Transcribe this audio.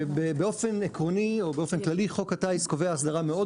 באופן עקרוני או באופן כללי חוק הטיס קובע הסדרה מאוד